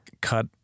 cut